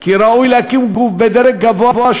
כי ראוי להקים גוף בדרג גבוה,